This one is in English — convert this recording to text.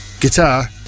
guitar